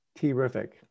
Terrific